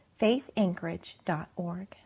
faithanchorage.org